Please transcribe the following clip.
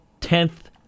Tenth